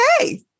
okay